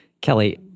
Kelly